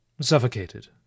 suffocated